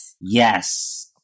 Yes